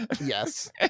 Yes